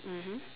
mmhmm